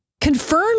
confirm